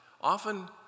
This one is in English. often